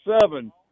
seven